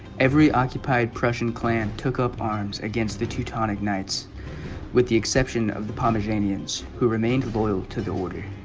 every occupied prussian clan took up arms against the teutonic knights with the exception of the pomeranians who remained loyal to the order